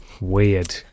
Weird